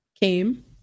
came